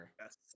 Yes